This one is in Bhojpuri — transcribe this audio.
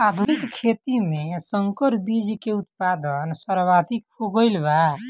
आधुनिक खेती में संकर बीज के उत्पादन सर्वाधिक हो गईल बा